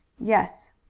yes.